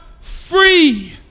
free